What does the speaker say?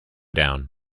down